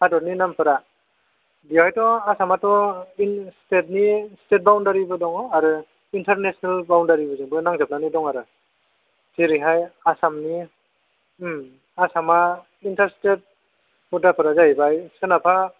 हादरनि नामफोरा बेयावहायथ' आसामाथ' बिदिनो स्टेटनि स्टेट बाउन्डारिबो दङ आरो इन्टानेशनेल बाउन्डारिजोंबो नांजाबनानै दङ आरो जेरैहाय आसामनि उम आसामा इन्टारस्टेट बर्डारफोरा जाहैबाय सोनाबहा